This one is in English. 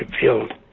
Field